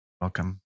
Welcome